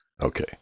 Okay